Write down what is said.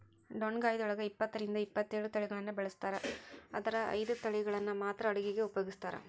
ಡೊಣ್ಣಗಾಯಿದೊಳಗ ಇಪ್ಪತ್ತರಿಂದ ಇಪ್ಪತ್ತೇಳು ತಳಿಗಳನ್ನ ಬೆಳಿಸ್ತಾರ ಆದರ ಐದು ತಳಿಗಳನ್ನ ಮಾತ್ರ ಅಡುಗಿಗ ಉಪಯೋಗಿಸ್ತ್ರಾರ